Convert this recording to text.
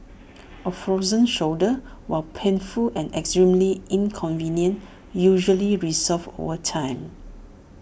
A frozen shoulder while painful and extremely inconvenient usually resolves over time